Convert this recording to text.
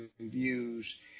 views